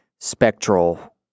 spectral